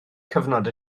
cyfnod